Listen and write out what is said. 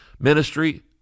Ministry